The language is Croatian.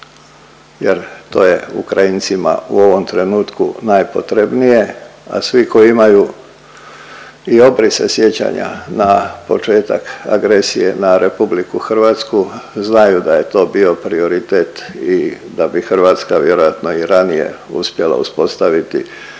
jer to je Ukrajincima u ovom trenutku najpotrebnije, a svi koji imaju i obrise sjećanja na početak agresije na RH znaju da je to bio prioritet i da bi Hrvatska vjerojatno i ranije uspjela uspostaviti